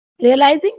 Realizing